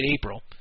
April